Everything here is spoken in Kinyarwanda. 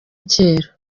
kera